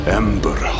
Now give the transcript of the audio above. ember